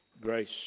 Grace